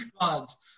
gods